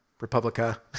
Republica